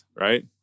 right